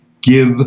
give